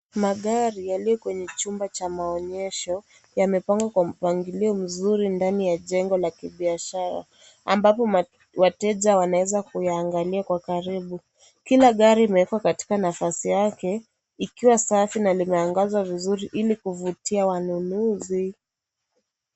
Magari yaliyo kwenye chumba cha maonyesho yamepangwa kwa mpangilio mzuri ndani ya jengo la kibiashara ambapo wateja wanaeza kuyaangalia kwa karibu, kila gari imeekwa katika nafasi yake ikiwa safi na limeangaza vizuri ili kuvutia wanunuzi.